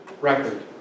record